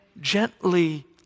gently